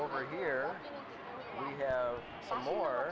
over here more